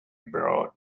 abroad